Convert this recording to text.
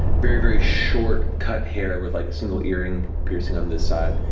very very short cut hair with like a single earring piercing on this side.